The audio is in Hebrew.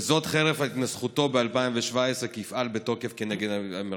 וזאת חרף התנסחותו ב-2017 כי יפעל בתוקף נגד המרצחים.